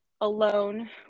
alone